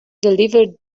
deliver